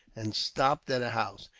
and stopped at a house,